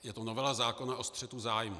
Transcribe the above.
Je to novela zákona o střetu zájmů.